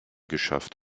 geschafft